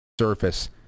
surface